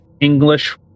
English